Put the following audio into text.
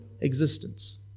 existence